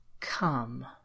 Come